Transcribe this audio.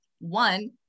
One